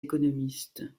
économistes